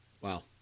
Wow